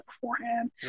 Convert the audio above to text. beforehand